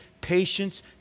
patience